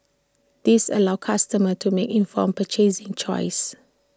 this allows customers to make informed purchasing choices